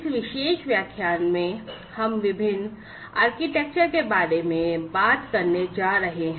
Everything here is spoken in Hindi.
इस विशेष व्याख्यान में हम विभिन्न आर्किटेक्चर के बारे में बात करने जा रहे हैं